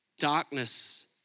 Darkness